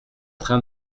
train